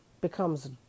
becomes